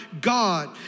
God